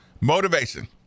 Motivation